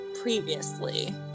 previously